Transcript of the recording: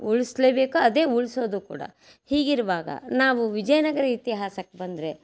ಉಳ್ಸ್ಲೇಬೇಕು ಅದೇ ಉಳಿಸೋದು ಕೂಡ ಹೀಗಿರುವಾಗ ನಾವು ವಿಜಯನಗರ ಇತಿಹಾಸಕ್ಕೆ ಬಂದರೆ